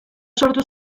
sortu